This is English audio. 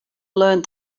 learned